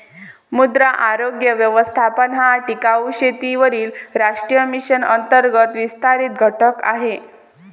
मृदा आरोग्य व्यवस्थापन हा टिकाऊ शेतीवरील राष्ट्रीय मिशन अंतर्गत विस्तारित घटक आहे